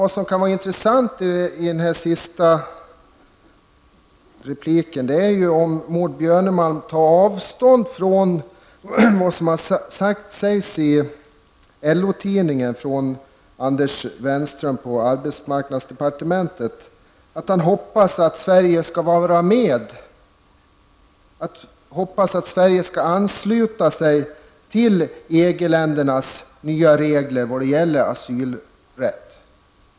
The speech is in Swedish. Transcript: Det vore intressant att höra om Maud Björnemalm i den sista repliken tar avstånd från vad Anders Wenström på arbetsmarknadsdepartementet säger i LO-tidningen, nämligen att han hoppas att Sverige skall ansluta sig till EG-ländernas nya regler vad gäller asylrätt.